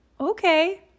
okay